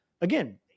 Again